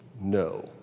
No